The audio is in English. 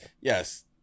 Yes